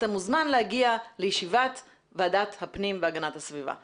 אתה מוזמן להגיע לישיבת ועדת הפנים והגנת הסביבה.